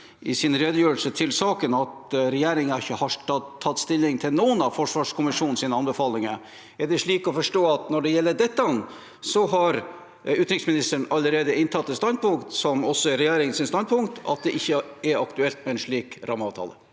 i sin redegjørelse til saken at regjeringen ikke har tatt stilling til noen av forsvarskommisjonens anbefalinger. Er det slik å forstå at når det gjelder dette, har utenriksministeren allerede inntatt et standpunkt som også er regjeringens standpunkt: at det ikke er aktuelt med en slik rammeavtale?